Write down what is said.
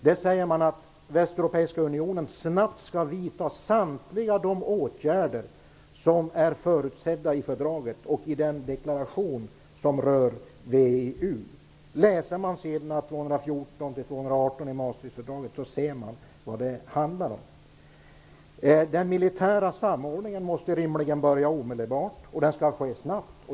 Där sades det att Västeuropeiska unionen snabbt skall vidta samtliga de åtgärder som har förutsetts i fördraget och i den deklaration som för VEU. På sidorna 214--218 i Maastrichtfördraget ser man vad det handlar om. Den militära samordningen måste rimligen börja omedelbart. Den skall ske snabbt.